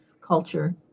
culture